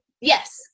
yes